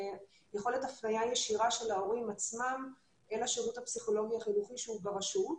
הפניה ישירה של ההורים עצמם אל השירות הפסיכולוגי-החינוכי שהוא ברשות.